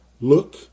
Look